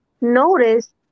notice